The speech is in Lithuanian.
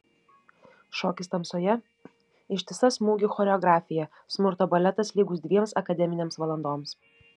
šokis tamsoje ištisa smūgių choreografija smurto baletas lygus dviems akademinėms valandoms